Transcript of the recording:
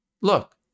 Look